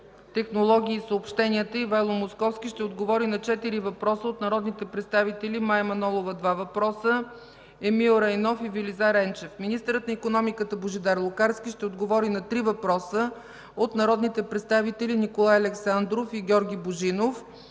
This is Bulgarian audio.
технологии и съобщенията Ивайло Московски ще отговори на четири въпроса от народните представители Мая Манолова – два въпроса, Емил Райнов, и Велизар Енчев. Министърът на икономиката Божидар Лукарски ще отговори на три въпроса от народните представители Николай Александров, и Георги Божинов